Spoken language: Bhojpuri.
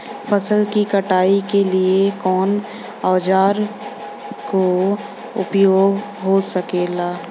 फसल की कटाई के लिए कवने औजार को उपयोग हो खेला?